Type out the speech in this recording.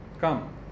Come